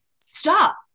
stop